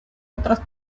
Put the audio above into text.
otras